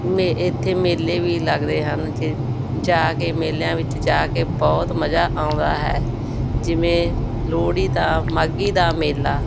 ਮੇ ਇੱਥੇ ਮੇਲੇ ਵੀ ਲੱਗਦੇ ਹਨ ਜੇ ਜਾ ਕੇ ਮੇਲਿਆਂ ਵਿੱਚ ਜਾ ਕੇ ਬਹੁਤ ਮਜ਼ਾ ਆਉਂਦਾ ਹੈ ਜਿਵੇਂ ਲੋਹੜੀ ਦਾ ਮਾਘੀ ਦਾ ਮੇਲਾ